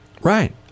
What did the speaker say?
Right